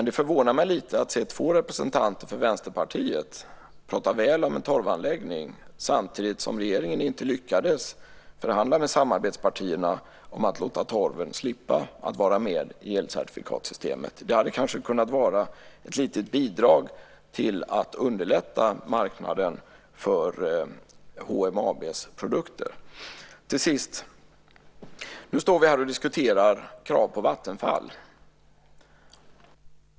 Det förvånar mig lite att se två representanter för Vänsterpartiet prata väl om en torvanläggning samtidigt som regeringen inte lyckades förhandla med samarbetspartierna om att låta torven slippa vara med i elcertifikatssystemet. Det hade kanske kunnat vara ett litet bidrag till att underlätta marknaden för HMAB:s produkter. Till sist: Nu står vi här och diskuterar krav på Vattenfall.